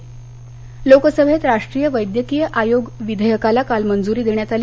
तर लोकसभेत राष्ट्रीय वैद्यकिय आयोग विधेयकाला काल मंजूरी देण्यात आली